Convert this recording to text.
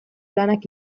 lanak